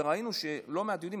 וראינו לא מעט דיונים,